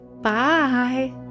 Bye